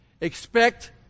Expect